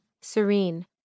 serene